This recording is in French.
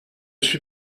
suis